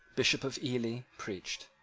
bishop of ely, preached.